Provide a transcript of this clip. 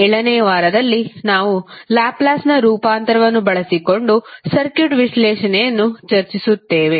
7 ನೇ ವಾರದಲ್ಲಿ ನಾವು ಲ್ಯಾಪ್ಲೇಸ್ ರೂಪಾಂತರವನ್ನು ಬಳಸಿಕೊಂಡು ಸರ್ಕ್ಯೂಟ್ ವಿಶ್ಲೇಷಣೆಯನ್ನುಚರ್ಚಿಸುತ್ತೇವೆ